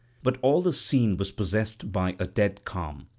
but all the scene was possessed by a dead calm.